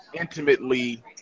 intimately